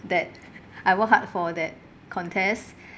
that I worked hard for that contest